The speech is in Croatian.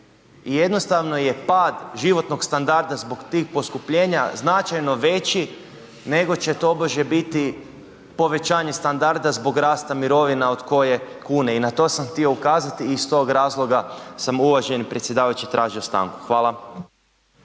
I jednostavno je pad životnog standarda zbog tih poskupljenja značajno veći nego će tobože biti povećanje standarda zbog rasta mirovina od koje kune. I na to sam htio ukazati i iz tog razloga sam uvaženi predsjedavajući tražio stanku. Hvala.